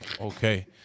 Okay